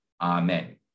Amen